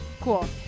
Cool